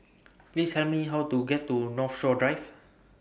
Please Tell Me How to get to Northshore Drive